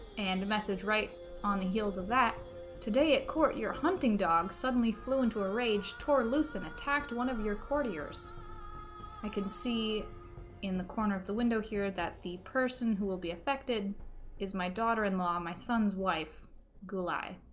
and a message right on the heels of that today at court your hunting dog suddenly flew into a rage tore loosen attacked one of your courtiers i could see in corner of the window here that the person who will be affected is my daughter-in-law my son's wife gulai